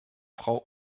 frau